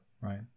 right